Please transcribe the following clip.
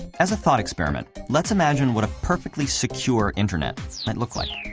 as a thought experiment, let's imagine what a perfectly secure internet might look like.